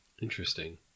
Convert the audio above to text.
Interesting